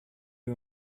you